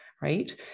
Right